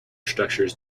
structures